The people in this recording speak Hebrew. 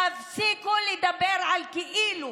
תפסיקו לדבר על כאילו,